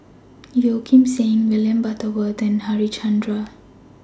Yeo Kim Seng William Butterworth and Harichandra